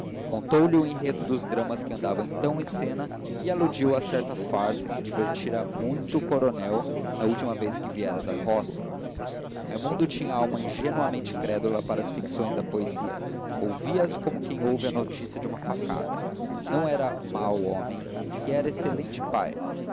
contou-lhe o enredo dos dramas que andavam então em cena e aludiu a certa farsa que divertira muito o coronel na última vez que viera da roga raimundo tinha a alma ingenuamente crédula para as ficções da poesia ouvia as como quem ouve a noticia de uma facada não era mau homem e era excelente pai